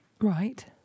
Right